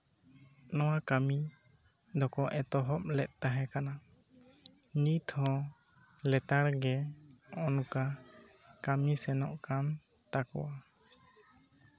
ᱱᱚᱶᱟ ᱠᱟᱹᱢᱤ ᱫᱚᱠᱚ ᱮᱛᱚᱦᱚᱵ ᱞᱮᱫ ᱛᱟᱦᱮᱸᱠᱟᱱᱟ ᱱᱤᱛᱦᱚᱸ ᱞᱮᱛᱟᱲ ᱜᱮ ᱚᱱᱠᱟ ᱠᱟᱹᱢᱤ ᱥᱮᱱᱚᱜ ᱠᱟᱱ ᱛᱟᱠᱚᱣᱟ